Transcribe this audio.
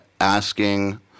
asking